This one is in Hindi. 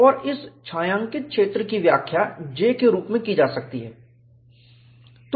और इस छायांकित क्षेत्र की व्याख्या J के रूप में की जा सकती है